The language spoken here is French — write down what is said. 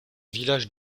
village